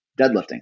deadlifting